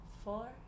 four